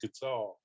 guitar